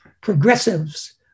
progressives